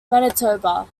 manitoba